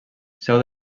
seu